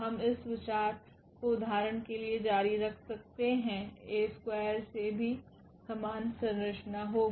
हम इस विचार को उदाहरण के लिए जारी रख सकते हैं A3 मे भी समान संरचना होगी